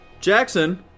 Jackson